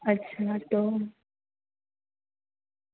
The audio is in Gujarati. અચ્છા તો